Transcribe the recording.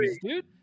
Dude